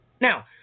Now